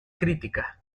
crítica